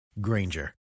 Granger